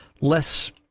less